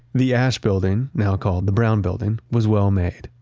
the asch building, now called the brown building, was well made,